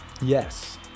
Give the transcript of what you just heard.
yes